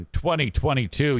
2022